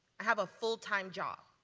i have a full-time job,